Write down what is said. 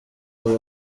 abo